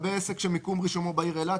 "(2)לגבי עסק שמקום רישומו בעיר אילת,